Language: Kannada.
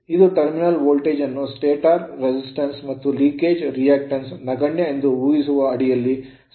ಇದು ಟರ್ಮಿನಲ್ ವೋಲ್ಟೇಜ್ ಅನ್ನು stator ಸ್ಟಾಟರ್ resistance ಪ್ರತಿರೋಧ ಮತ್ತು leakage reactance ಸೋರಿಕೆ ಪ್ರತಿಕ್ರಿಯೆಗಳು ನಗಣ್ಯ ಎಂದು ಊಹಿಸುವ ಅಡಿಯಲ್ಲಿ ಸಮತೋಲನಗೊಳಿಸುತ್ತದೆ